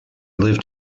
lived